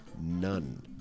none